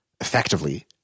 effectively